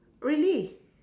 really